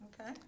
Okay